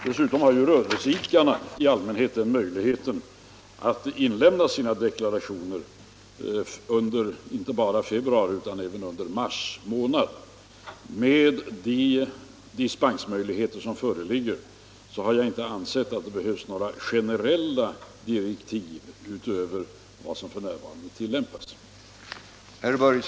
Dessutom kan ju rörelseidkarna i allmänhet inlämna sina deklarationer inte bara under februari utan även under mars. Med hänsyn till de dispensmöjligheter som föreligger har jag inte ansett att det behövs några generella direktiv utöver vad som f.n. tillämpas.